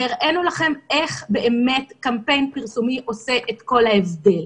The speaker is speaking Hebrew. הראינו לכם איך באמת קמפיין פרסומי עושה את כל ההבדל.